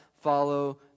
follow